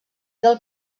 del